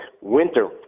winter